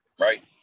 Right